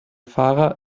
fahrer